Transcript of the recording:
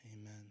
Amen